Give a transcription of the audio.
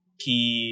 key